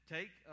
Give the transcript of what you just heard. Take